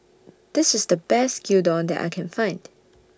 This IS The Best Gyudon that I Can Find